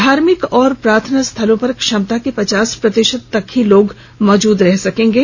धार्मिक और प्रार्थना स्थलों पर क्षमता के पचास प्रतिशत तक ही लोग मौजूद रह सकेंगे